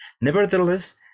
Nevertheless